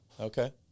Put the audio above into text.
Okay